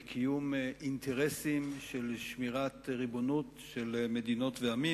בקיום אינטרסים של שמירת ריבונות של מדינות ועמים,